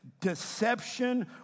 deception